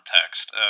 context